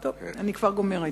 אני כבר גומרת.